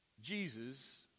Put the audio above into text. Jesus